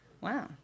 Wow